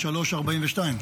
ראשית,